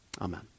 amen